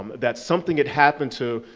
um that something had happened to